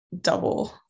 double